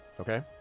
Okay